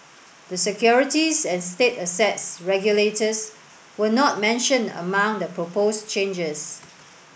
the securities and state assets regulators were not mentioned among the proposed changes